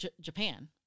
Japan